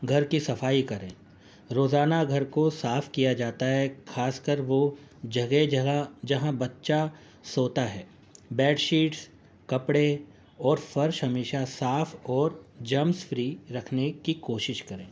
گھر کی صفائی کریں روزانہ گھر کو صاف کیا جاتا ہے خاص کر وہ جگہ جگہ جہاں بچہ سوتا ہے بیڈ شیٹس کپڑے اور فرش ہمیشہ صاف اور جرمز فری رکھنے کی کوشش کریں